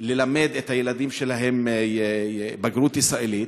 ללמד את הילדים שלהם בגרות ישראלית,